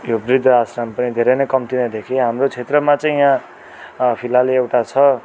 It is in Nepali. यो बृद्ध आश्रम पनि धेरै नै कम्ती नै देखेँ हाम्रो क्षेत्रमा चाहिँ यहाँ फिलहाल एउटा छ